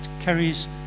carries